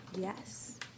Yes